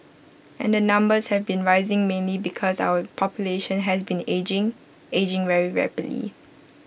and the numbers have been rising mainly because our population has been ageing ageing very rapidly